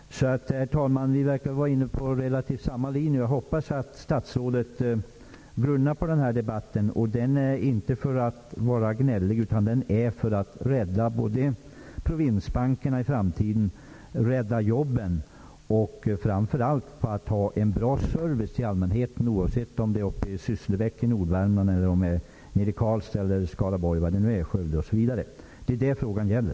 Jag och statsrådet verkar alltså, herr talman, vara inne på ungefär samma linje, och jag hoppas att statsrådet grunnar på den här debatten, som jag deltar i inte för att vara gnällig utan för att det är viktigt att rädda provinsbankerna i framtiden, att rädda jobben och, framför allt, att allmänheten skall ha en bra service oavsett om man befinner sig uppe i Sysslebäck i Nordvärmland, i Karlstad, Skaraborg eller Skövde. Det är det frågan gäller.